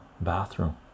bathroom